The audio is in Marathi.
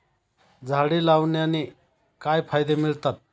झाडे लावण्याने काय फायदे मिळतात?